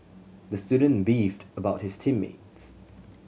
the student beefed about his team mates